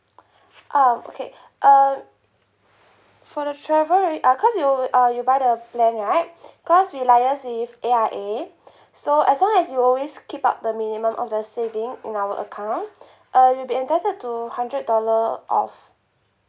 oh okay um for the travel uh cause you uh you buy the plan right because we liaise with A_I_A so as long as you always keep up the minimum of the saving in our account uh you'll be entitled to hundred dollar off